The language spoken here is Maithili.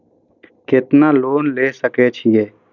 केतना लोन ले सके छीये?